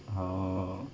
oh